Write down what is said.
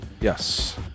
Yes